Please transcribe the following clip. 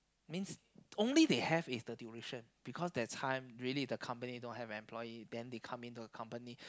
means only they have is the duration because that time really the company don't have employee then they come into a company